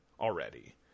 already